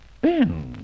Ben